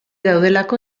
daudelako